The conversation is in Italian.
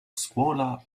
scuola